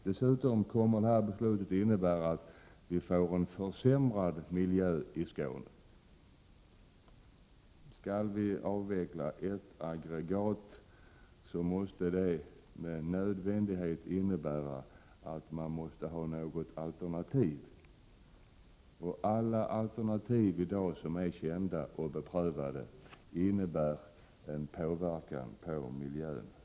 Dessutom kommer detta beslut att innebära att vi får en försämring av miljön i Skåne. Om man skall avveckla ett aggregat, måste det med nödvändighet innebära att man har alternativ, och alla i dag kända och beprövade alternativ påverkar miljön negativt.